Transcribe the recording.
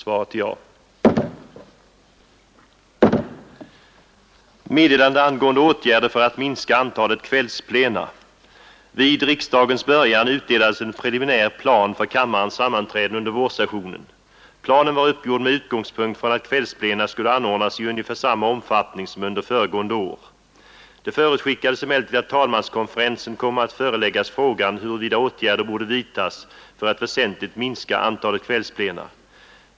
Vid riksdagens början utdelades en preliminär plan för kammarens sammanträden under vårsessionen. Planen var uppgjord med utgångspunkt i att kvällsplena skulle anordnas i ungefär samma omfattning som under föregående år. Det förutskickades emellertid att talmanskonferensen komme att föreläggas frågan huruvida åtgärder borde vidtas för att väsentligt minska antalet kvällsplena.